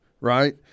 right